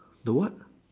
the what